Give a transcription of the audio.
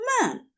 man